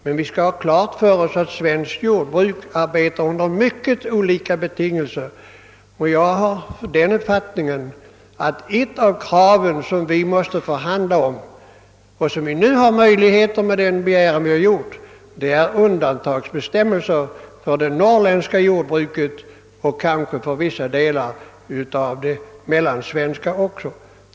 Men vi skall ha klart för oss att svenskt jordbruk arbetar under mycket olika betingelser. Jag har den uppfattningen att ett av de krav, vi måste ställa och som vi, tack vare den ansökan som inlämnats, har möjlighet att ta upp förhandlingar om, är undantagsbestämmelser för det norrländska jordbruket och kanske också för vissa delar av det mellansvenska.